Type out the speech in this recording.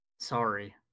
Sorry